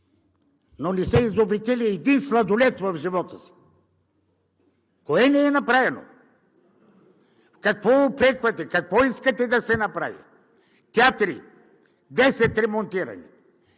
но не са изобретили един сладолед в живота си. Кое не е направено? В какво упреквате? Какво искате да се направи? Театри – десет, ремонтирани;